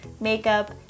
makeup